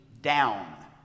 down